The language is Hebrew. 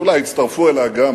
שאולי יצטרפו אליה גם